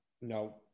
no